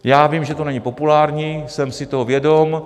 Já vím, že to není populární, jsem si toho vědom.